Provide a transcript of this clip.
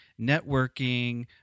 networking